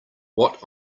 what